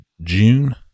June